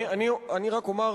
רק אומר,